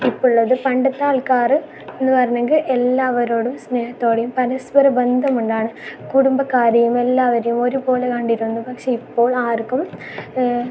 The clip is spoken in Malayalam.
ഇപ്പം ഉള്ളത് പണ്ടത്തെ ആൾക്കാർ എന്നു പറഞ്ഞെങ്കിൽ എല്ലാവരോടും സ്നേഹത്തോടെയും പരസ്പരം ബന്ധമുണ്ടായാണ് കുടുംബക്കാരെയും എല്ലാവരെയും ഒരുപോലെ കണ്ടിരുന്നു പക്ഷേ ഇപ്പോൾ ആർക്കും